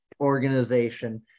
organization